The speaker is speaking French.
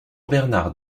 bernard